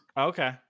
Okay